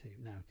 now